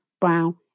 brown